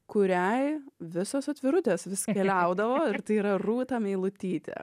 kuriai visos atvirutės vis keliaudavo ir tai yra rūta meilutytė